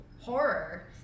horror